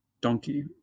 donkey